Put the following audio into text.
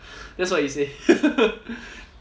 that's what he say